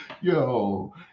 Yo